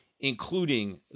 including